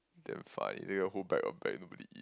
damn fine there got whole pack of bread nobody eat